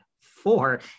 four